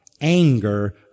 anger